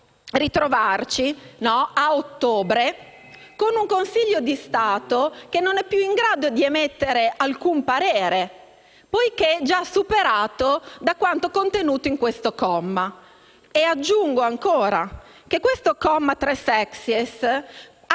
a ottobre con un Consiglio di Stato che non è più in grado di emettere alcun parere, poiché già superato da quanto contenuto in questo comma. E aggiungo ancora che il comma 3*-sexies* ha